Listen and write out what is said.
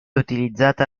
utilizzata